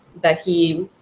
that he